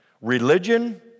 religion